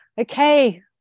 okay